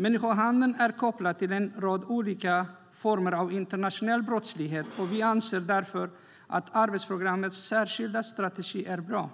Människohandeln är kopplad till en rad olika former av internationell brottslighet, och vi anser därför att arbetsprogrammets särskilda strategi är bra.